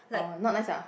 orh not nice ah